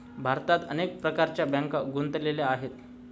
भारतात अनेक प्रकारच्या बँका गुंतलेल्या आहेत